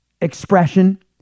expression